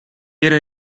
era